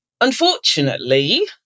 Unfortunately